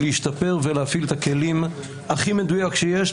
להשתפר ולהפעיל את הכלים הכי מדויק שיש,